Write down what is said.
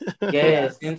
Yes